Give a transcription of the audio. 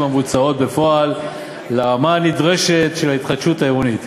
המבוצעים בפועל לרמה הנדרשת של ההתחדשות העירונית,